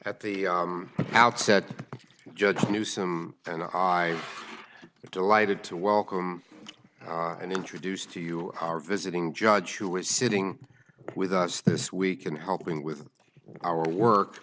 at the outset judge newsome and i delighted to welcome and introduce to you our visiting judge who was sitting with us this week in helping with our work